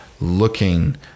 looking